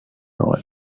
role